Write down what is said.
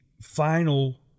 final